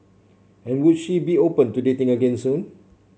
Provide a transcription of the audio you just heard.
and would she be open to dating again soon